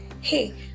hey